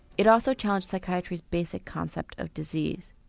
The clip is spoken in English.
it also challenged psychiatry's basic concept of disease.